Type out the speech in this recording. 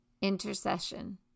intercession